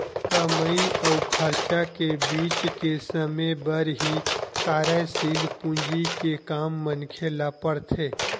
कमई अउ खरचा के बीच के समे बर ही कारयसील पूंजी के काम मनखे ल पड़थे